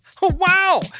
Wow